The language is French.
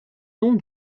nom